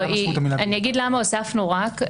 אגיד למה הוספנו "רק".